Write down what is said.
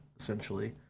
essentially